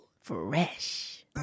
Fresh